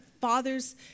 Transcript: fathers